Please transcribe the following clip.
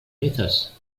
methods